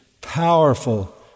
powerful